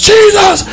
Jesus